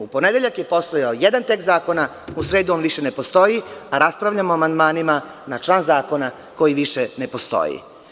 U ponedeljak je postojao jedantekst zakona, u sredu on više ne postoji, a raspravljamo o amandmanima na član zakona koji više ne postoji.